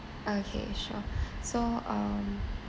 okay sure so um